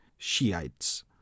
Shi'ites